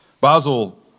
Basil